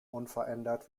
unverändert